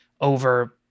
over